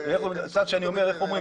איך אומרים?